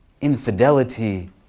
infidelity